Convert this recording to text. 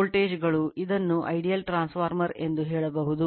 load ಎಂದು ಹೇಳಬಹುದು